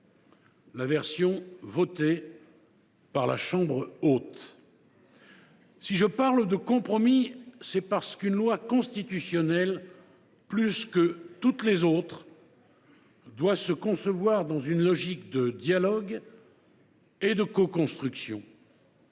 la version votée par la chambre haute. Si je parle de « compromis », c’est parce qu’une loi constitutionnelle, plus que toutes les autres, doit se concevoir dans une logique de dialogue et de coconstruction.